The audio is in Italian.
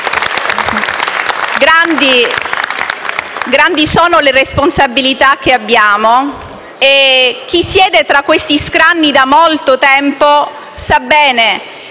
Grandi sono le responsabilità che abbiamo e chi siede tra questi scranni da molto tempo sa bene